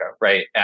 right